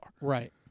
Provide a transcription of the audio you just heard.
Right